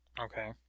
Okay